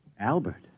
Albert